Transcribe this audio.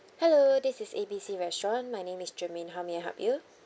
hello this is A B C restaurant my name is germaine how may I help you